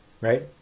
right